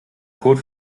code